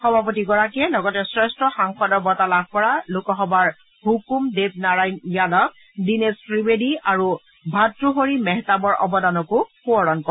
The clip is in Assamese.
সভাপতিগৰাকীয়ে লগতে শ্ৰেষ্ঠ সাংসদৰ বঁটা লাভ কৰা লোকসভাৰ হুকুম দেৱ নাৰায়ণ য়াদৱ দীনেশ ত্ৰিবেদী আৰু ভাক্ৰহৰি মেহতাবৰ অৱদানকো সোৱৰণ কৰে